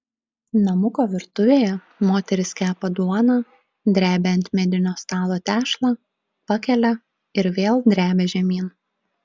namuko virtuvėje moteris kepa duoną drebia ant medinio stalo tešlą pakelia ir vėl drebia žemyn